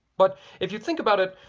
but if you think about it